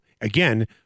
again